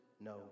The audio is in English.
no